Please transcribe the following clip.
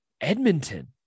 Edmonton